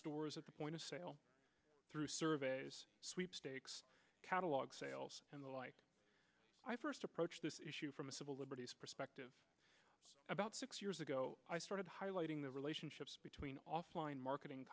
stores at the point of sale through surveys sweepstakes catalogs sales and the like i first approached this issue from a civil liberties perspective about six years ago i started highlighting the relationships between offline marketing